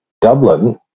Dublin